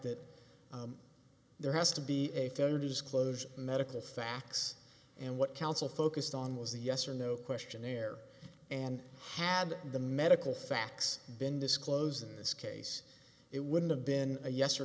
that there has to be a fair disclosure medical facts and what counsel focused on was a yes or no questionnaire and had the medical facts been disclosed in this case it wouldn't have been a yes or